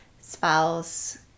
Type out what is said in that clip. spouse